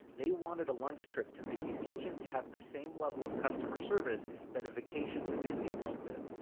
they wanted a lunch trip to mickey's kitchen to have the same level of customer service that a vacation to disney world did.